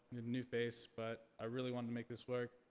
new face, but i really wanna make this work.